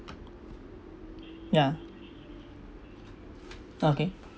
yeah okay